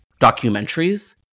documentaries